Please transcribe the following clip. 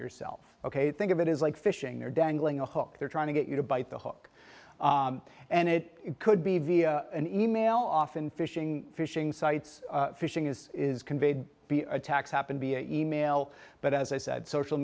yourself ok think of it is like fishing or dangling a hook they're trying to get you to bite the hook and it could be via an email off and fishing fishing sites fishing is is conveyed the attacks happen via email but as i said social